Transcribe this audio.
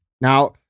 Now